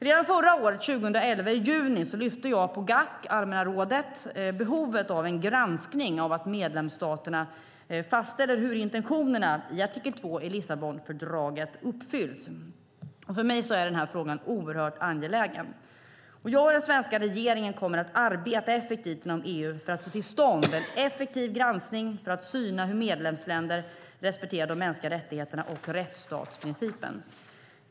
Redan förra året i juni lyfte jag på GAC, allmänna rådet, behovet av en granskning av medlemsstaterna för att fastställa hur intentionerna i artikel 2 i Lissabonfördraget uppfylls. För mig är denna fråga oerhört angelägen. Jag och svenska regeringen kommer att arbeta aktivt inom EU för att få till stånd en effektiv granskning för att syna hur medlemsländer respekterar de mänskliga rättigheterna och rättsstatsprincipen.